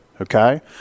Okay